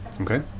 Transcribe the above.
Okay